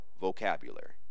vocabulary